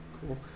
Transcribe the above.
cool